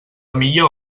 millor